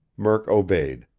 murk obeyed.